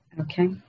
Okay